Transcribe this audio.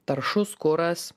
taršus kuras